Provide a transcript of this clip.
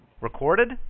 Recorded